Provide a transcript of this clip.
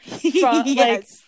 Yes